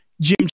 Jim